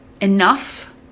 enough